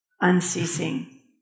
unceasing